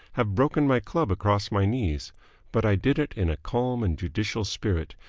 have broken my club across my knees but i did it in a calm and judicial spirit,